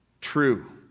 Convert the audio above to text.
true